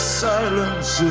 silence